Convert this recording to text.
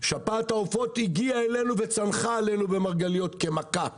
שפעת העופות הגיעה אלינו וצנחה עלינו במרגליות כמכה משמים,